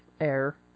Air